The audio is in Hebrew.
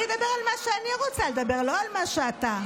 אני אדבר על מה שאני רוצה לדבר, לא על מה שאתה.